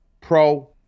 pro